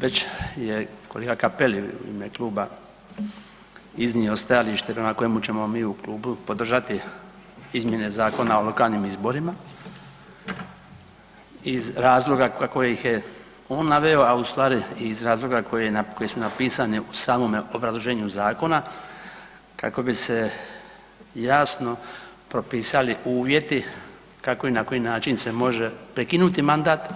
Već je kolega Cappelli u ime kluba iznio stajalište prema kojemu ćemo mi u klubu podržati izmjene Zakona o lokalnim izborima iz razloga kako ih je on naveo a ustvari i iz razloga koji su napisani u samome obrazloženju zakona kako bi se jasno propisali uvjeti kako i na koji način se može prekinuti mandat